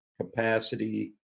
capacity